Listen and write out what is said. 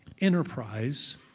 enterprise